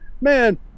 man